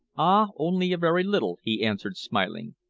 ah! only a very little, he answered, smiling.